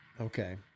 Okay